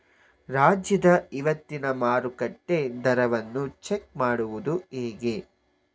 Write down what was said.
ರಾಜ್ಯದ ಇವತ್ತಿನ ಮಾರುಕಟ್ಟೆ ದರವನ್ನ ಚೆಕ್ ಮಾಡುವುದು ಹೇಗೆ?